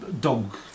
dog